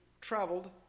traveled